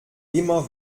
immer